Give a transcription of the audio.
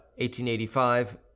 1885